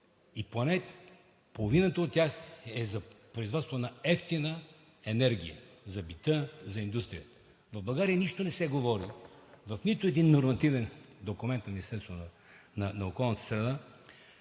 половината от тях е за производство на евтина енергия за бита, за индустрията. В България нищо не се говори в нито един нормативен документ на